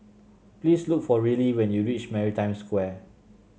please look for Rillie when you reach Maritime Square